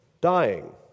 dying